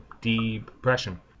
depression